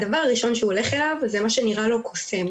הדבר הראשון שהוא הולך אליו זה מה שנראה לו קוסם,